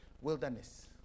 wilderness